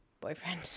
boyfriend